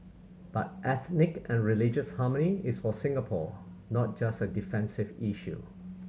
but ethnic and religious harmony is for Singapore not just a defensive issue